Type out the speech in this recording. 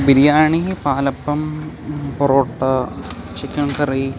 biryani palappam parotta chicken കറി